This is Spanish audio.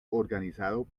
organizado